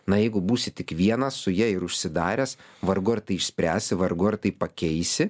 na jeigu būsi tik vienas su ja ir užsidaręs vargu ar tai išspręsi vargu ar tai pakeisi